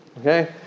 Okay